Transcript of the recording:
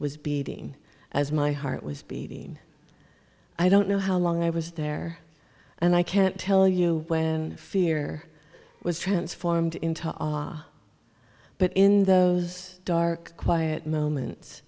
was beating as my heart was beating i don't know how long i was there and i can't tell you fear was transformed into law but in those dark quiet moments